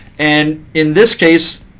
and in this case,